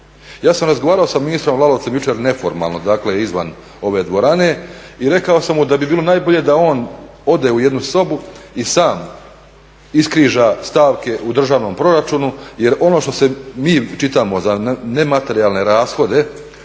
Ja sam razgovarao sa ministrom Lalovcem jučer neformalno izvan ove dvorane i rekao sam mu da bi bilo najbolje da on ode u jednu sobu i sam iskriža stavke u državnom proračunu jer ono što mi čitamo za nematerijalne rashode